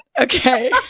Okay